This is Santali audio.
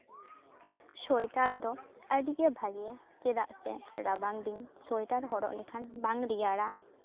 ᱥᱳᱭᱮᱴᱟᱨ ᱫᱚ ᱟᱹᱰᱤᱜᱮ ᱵᱷᱟᱜᱮᱭᱟ ᱪᱮᱫᱟᱜ ᱥᱮ ᱨᱟᱵᱟᱝ ᱫᱤᱱ ᱥᱳᱭᱮᱴᱟᱨ ᱦᱚᱨᱚᱜ ᱞᱮᱠᱷᱟᱱ ᱵᱟᱝ ᱨᱮᱭᱟᱲᱼᱟ